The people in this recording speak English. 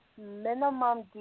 minimum